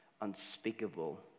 unspeakable